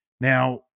Now